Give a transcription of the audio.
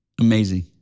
Amazing